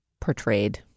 portrayed